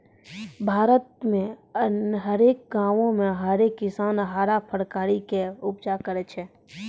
भारत मे हरेक गांवो मे हरेक किसान हरा फरकारी के उपजा करै छै